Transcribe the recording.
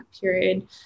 period